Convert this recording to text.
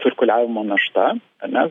cirkuliavimo našta ane